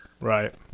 right